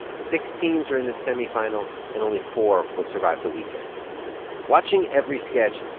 six teams are in the semifinal, and only four will survive the weekend watching every sketch,